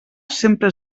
sempre